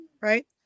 Right